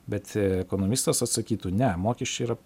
bet ekonomistas atsakytų ne mokesčiai yra